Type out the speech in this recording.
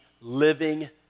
living